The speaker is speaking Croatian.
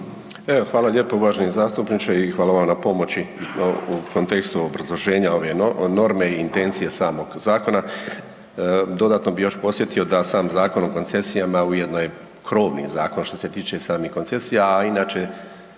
hvala lijepo uvaženi zastupniče i hvala vam na pomoći u kontekstu obrazloženja ove norme i intencije samog zakona. Dodatno bih još podsjetio da sam Zakon o koncesijama ujedno je krovni zakon što se tiče samih koncesija, a inače